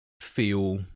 feel